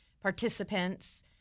participants